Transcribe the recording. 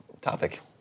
topic